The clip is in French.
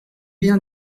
bien